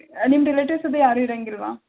ನಿಮ್ಮದು ರಿಲೇಟಿವ್ಸ್ ಅದು ಯಾರು ಇರಂಗಿಲ್ಲವಾ